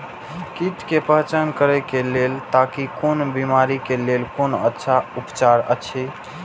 कीट के पहचान करे के लेल ताकि कोन बिमारी के लेल कोन अच्छा उपचार अछि?